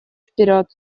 вперед